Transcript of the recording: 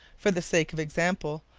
for the sake of example,